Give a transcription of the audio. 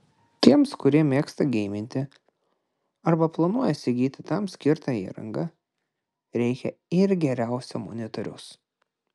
tiems kurie mėgsta geiminti arba planuoja įsigyti tam skirtą įrangą reikia ir geriausio monitoriaus